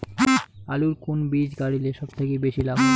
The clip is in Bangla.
আলুর কুন বীজ গারিলে সব থাকি বেশি লাভ হবে?